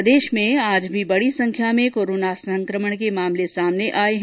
प्रदेश में आज भी बड़ी संख्या में कोरोना संकमण के मामले सामने आये हैं